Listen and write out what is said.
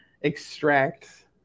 extract